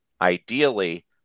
Ideally